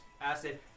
acid